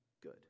good